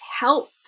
health